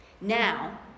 Now